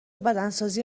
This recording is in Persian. بدنسازی